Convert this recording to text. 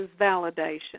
validation